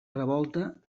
revolta